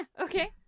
Okay